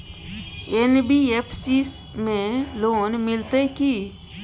NBFC में loan मिलते की?